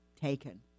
taken